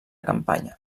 campanya